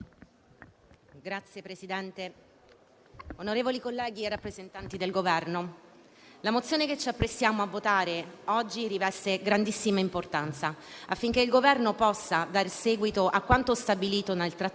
Signor Presidente, onorevoli colleghi, rappresentanti del Governo, la mozione che ci apprestiamo a votare oggi riveste grandissima importanza, affinché il Governo possa dare seguito a quanto stabilito nel Trattato